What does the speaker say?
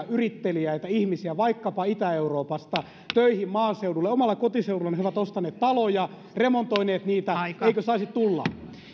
yritteliäitä ihmisiä vaikkapa itä euroopasta töihin maaseudulle omalla kotiseudullani he ovat ostaneet taloja remontoineet niitä eivätkö saisi tulla